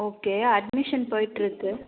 okay admission போயிட்டுருக்கு